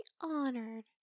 honored